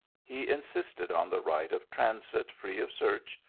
he insisted on the right of transit free of search,